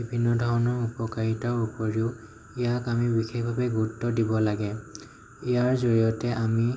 বিভিন্ন ধৰণৰ উপকাৰীতাৰ ওপৰিও ইয়াক আমি বিশেষভাৱে গুৰুত্ব দিব লাগে ইয়াৰ জড়িয়তে আমি